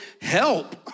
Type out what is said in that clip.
help